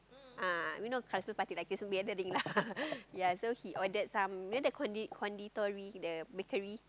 eh we not Christmas party like this we ended thing lah ya so he ordered some you know the Kondi~ Konditori the bakery